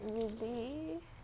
is it